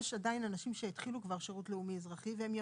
יש עדיין אנשים שהתחילו כבר שירות לאומי אזרחי והם ימשיכו,